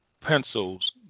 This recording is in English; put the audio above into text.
pencils